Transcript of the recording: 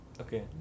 Okay